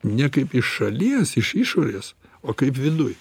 ne kaip iš šalies iš išorės o kaip viduj